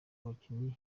abakinnyi